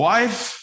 Wife